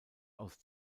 aus